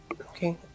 Okay